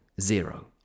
zero